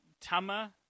Tama